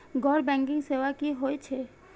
गैर बैंकिंग सेवा की होय छेय?